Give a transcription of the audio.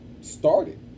started